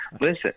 listen